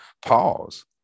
pause